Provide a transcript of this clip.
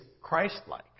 Christ-like